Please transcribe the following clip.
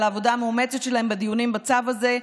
על העבודה המאומצת שלהם בדיונים בצו הזה,